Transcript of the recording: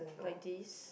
like this